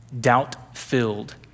doubt-filled